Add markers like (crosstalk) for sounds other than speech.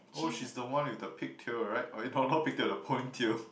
oh she's the one with the pigtail right oh no not (laughs) pigtail the ponytail